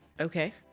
Okay